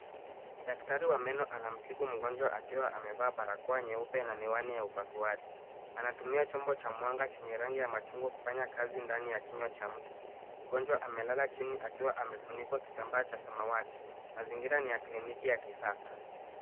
Daktari wa meno anamtibu mgojwa akiwa amevaa barakoa nyeupe na miwani ya upasuaji. Anatumia chombo cha mwanga chenye rangi ya machungwa kufanya kazi ndani ya kinywa cha mtu. Mgonjwa amelala chini akiwa amefunikwa kitambaa cha samawati. Mazingira ni ya kliniki ya kisasa.